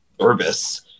service